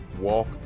walk